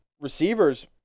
receivers